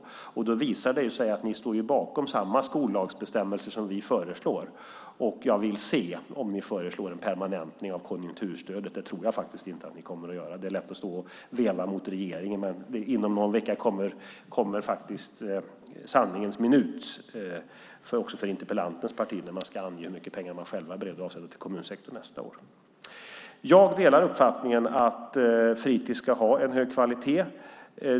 Då visar det sig att ni står bakom samma skollagsbestämmelse som vi föreslår. Jag vill se om ni föreslår en permanentning av konjunkturstödet. Det tror jag inte att ni kommer att göra. Det är lätt att stå och veva mot regeringen, men inom någon vecka kommer sanningens minut också för interpellantens parti när man ska ange hur mycket pengar man själv är beredd att avsätta till kommunsektorn nästa år. Jag delar uppfattningen att fritis ska ha en hög kvalitet.